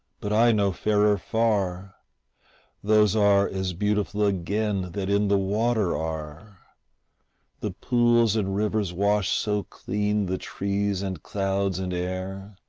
but i know fairer far those are as beautiful again that in the water are the pools and rivers wash so clean the trees and clouds and air,